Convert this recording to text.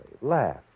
laugh